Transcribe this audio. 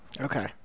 Okay